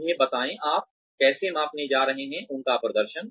उन्हें बताएं आप कैसे मापने जा रहे हैं उनका प्रदर्शन